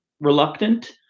reluctant